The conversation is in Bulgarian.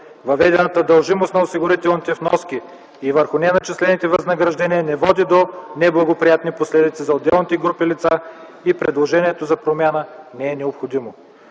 Въведената дължимост на осигурителните вноски и върху неначислените възнаграждения не води до неблагоприятни последици за отделните групи лица и предложението за промяна не е необходимо.